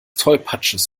tollpatsches